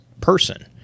person